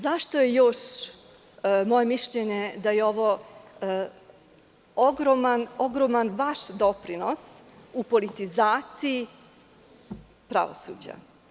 Zašto je još moje mišljenje da je ovo ogroman vaš doprinos u politizaciji pravosuđa?